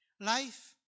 Life